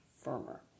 firmer